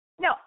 No